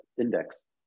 index